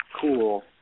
cool